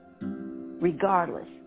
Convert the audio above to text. regardless